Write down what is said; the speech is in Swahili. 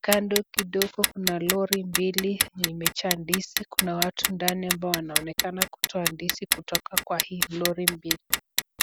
Kando kidogo kuna lori mbili yenye imejaa ndizi, kuna watu ndani ambao wanaonekana kutoa ndizi kutoka kwa hii lori mbili.